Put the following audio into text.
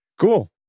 cool